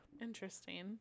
Interesting